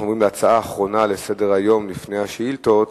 אנחנו עוברים להצעה האחרונה לסדר-היום לפני השאילתות,